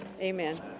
amen